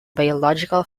biological